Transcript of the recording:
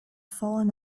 fallen